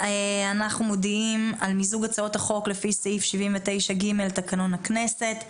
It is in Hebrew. אנחנו מודעים על מיזוג הצעות החוק לפי סעיף 79(ג) לתקנון הכנסת.